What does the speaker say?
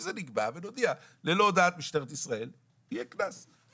זה נקבע ונודיע: ללא הודעת משטרת ישראל יהיה קנס.